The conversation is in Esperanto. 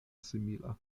simila